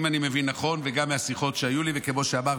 אני מבין נכון וגם מהשיחות שהיו לי לפני